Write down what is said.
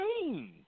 pain